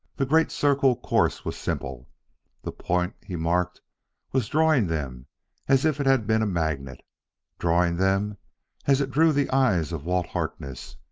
the great-circle course was simple the point he marked was drawing them as if it had been a magnet drawing them as it drew the eyes of walt harkness,